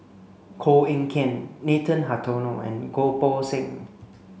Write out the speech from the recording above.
Koh Eng Kian Nathan Hartono and Goh Poh Seng